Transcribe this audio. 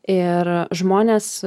ir žmonės